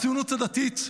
הציונות הדתית,